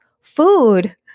food